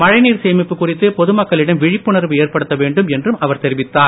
மழைநீர் சேமிப்பு குறித்து பொதுமக்களிடம் விழிப்புணர்வு ஏற்படுத்த வேண்டும் என்றும் அவர் தெரிவித்தார்